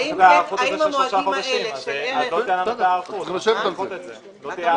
האם המועדים האלה -- לא תהיה היערכות של